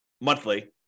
monthly